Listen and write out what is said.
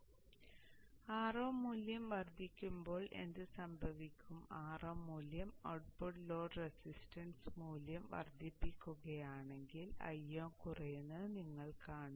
ഇപ്പോൾ Ro മൂല്യം വർദ്ധിക്കുമ്പോൾ എന്ത് സംഭവിക്കും Ro മൂല്യം ഔട്ട്പുട്ട് ലോഡ് റെസിസ്റ്റൻസ് മൂല്യം വർദ്ധിപ്പിക്കുകയാണെങ്കിൽ Io കുറയുന്നത് നിങ്ങൾ കാണും